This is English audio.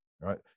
Right